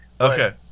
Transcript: okay